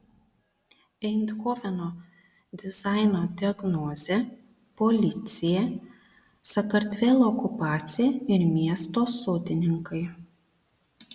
eindhoveno dizaino diagnozė policija sakartvelo okupacija ir miesto sodininkai